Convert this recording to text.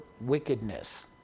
wickedness